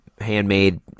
handmade